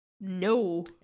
No